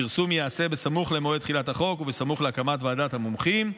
הפרסום ייעשה סמוך למועד תחילת החוק וסמוך להקמת ועדת המומחים.